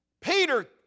Peter